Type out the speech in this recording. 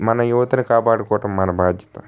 మన యువతను కాపాడుకోవటం మన బాధ్యత